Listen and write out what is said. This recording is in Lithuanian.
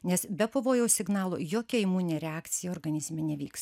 nes be pavojaus signalo jokia imuninė reakcija organizme nevyks